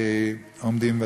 עומדים בדרך.